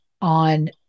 On